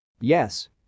Yes